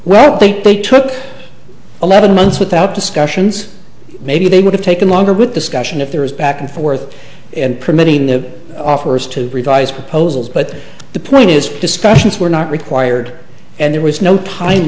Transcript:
well i think they took eleven months without discussions maybe they would have taken longer with discussion if there was back and forth and permitting the officers to revise proposals but the point is discussions were not required and there was no time